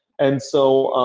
and so,